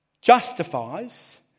justifies